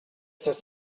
ses